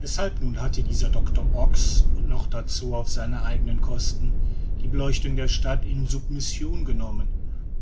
weshalb nun hatte dieser doctor ox und noch dazu auf seine eigene kosten die beleuchtung der stadt in submission genommen